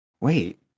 Wait